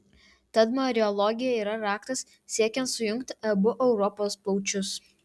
tad mariologija yra raktas siekiant sujungti abu europos plaučius